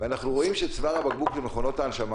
ואנחנו רואים שצוואר הבקבוק במכונות ההנשמה